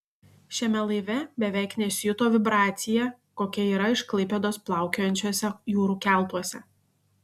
šiame laive beveik nesijuto vibracija kokia yra iš klaipėdos plaukiojančiuose jūrų keltuose